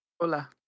hola